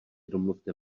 domluvte